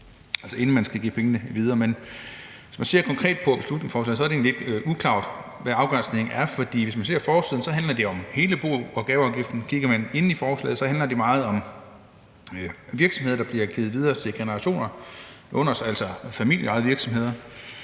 Men hvis man ser konkret på beslutningsforslaget, er det lidt uklart, hvad afgrænsningen er, fordi hvis man ser på forsiden, handler det om hele bo- og gaveafgiften. Kigger man inde i forslaget, handler det meget om virksomheder, der bliver givet videre til andre generationer, altså familieejede virksomheder.